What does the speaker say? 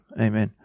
Amen